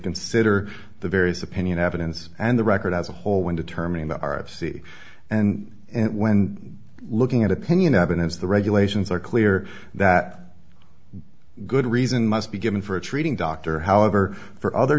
consider the various opinion evidence and the record as a whole when determining that our of c and and when looking at opinion evidence the regulations are clear that good reason must be given for a treating doctor however for other